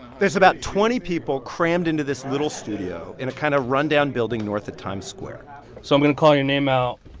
there's about twenty people crammed into this little studio in a kind of rundown building north of times square so um call your name out.